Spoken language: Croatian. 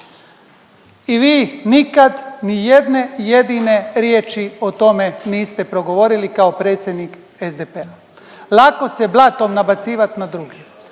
I vi nikad nijedne jedine riječi o tome niste progovorili kao predsjednik SDP-a, lako se blatom nabacivat na druge.